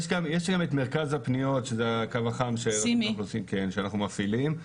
יש גם את מרכז הפניות שזה הקו החם של רשות האוכלוסין שאנחנו מפעילים,